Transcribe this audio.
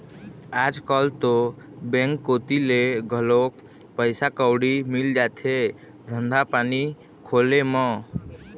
आजकल तो बेंक कोती ले घलोक पइसा कउड़ी मिल जाथे धंधा पानी खोले म